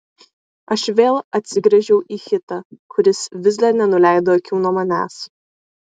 aš vėl atsigręžiau į hitą kuris vis dar nenuleido akių nuo manęs